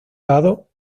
lado